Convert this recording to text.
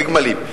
וגמלים.